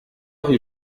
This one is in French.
rue